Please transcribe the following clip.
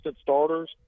starters